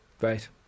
Right